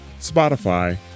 Spotify